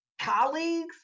colleagues